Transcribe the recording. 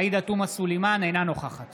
אינה נוכחת